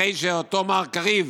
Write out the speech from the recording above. אחרי שאותו מר קריב